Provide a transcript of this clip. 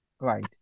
Right